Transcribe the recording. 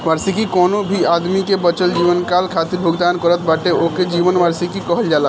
वार्षिकी कवनो भी आदमी के बचल जीवनकाल खातिर भुगतान करत बाटे ओके जीवन वार्षिकी कहल जाला